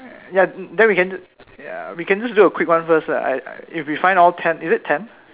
ya then we can d~ ya we can just do a quick one first lah if we find all ten is it ten